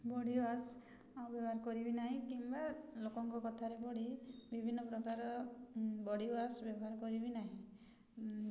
body wash ଆଉ ବ୍ୟବହାର କରିବି ନାହିଁ କିମ୍ବା ଲୋକଙ୍କ କଥାରେ ପଡ଼ି ବିଭିନ୍ନ ପ୍ରକାର ବଡ଼ିୱାସ୍ ବ୍ୟବହାର କରିବି ନାହିଁ